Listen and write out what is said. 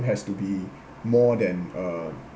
it has to be more than uh